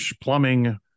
Plumbing